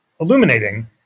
illuminating